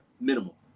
Minimal